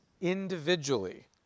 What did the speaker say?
individually